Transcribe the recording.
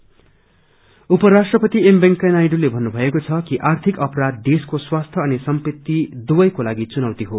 ईको क्राईम उपराष्ट्रपति एम वेंकैया नायडूले भन्नुभएको छ कि आर्थिक अपराध देशको स्वास्थ्य अनि सम्पति दुवैको लागि चुनौती हो